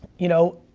you know,